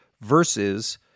versus